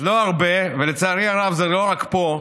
לא הרבה, ולצערי הרב, זה לא רק פה,